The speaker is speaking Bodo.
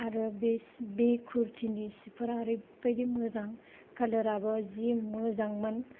आरो बे सि बे कुर्टिनि सिफोरा ओरैबायदि मोजां कालाराबो जि मोजांमोन